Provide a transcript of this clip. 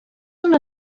una